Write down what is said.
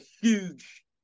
huge